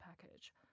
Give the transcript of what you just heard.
package